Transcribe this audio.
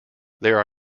there